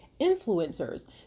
influencers